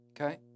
Okay